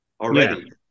already